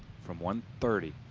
from one thirty.